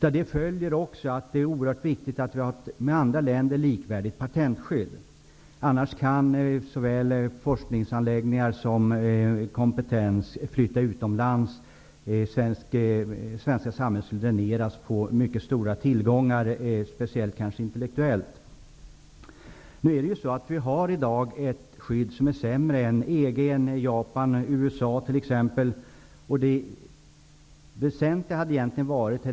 Av detta följer också att det är oerhört viktigt att vi har ett med andra länder likvärdigt patentskydd. Annars kan såväl forskningsanläggningar som kompetens flytta utomlands. Det svenska samhället skulle då dräneras på mycket stora tillgångar, kanske främst intellektuellt. Vi har i dag ett skydd som är sämre än t.ex. i EG, Japan och USA.